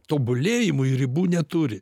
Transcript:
tobulėjimui ribų neturi